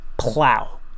plow